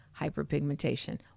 hyperpigmentation